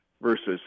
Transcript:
Versus